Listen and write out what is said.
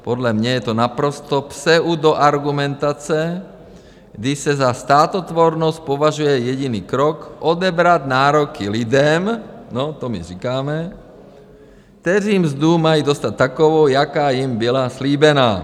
Podle mě je to naprosto pseudoargumentace, kdy se za státotvornost považuje jediný krok: odebrat nároky lidem no, to my říkáme kteří mzdu mají dostat takovou, jaká jim byla slíbená.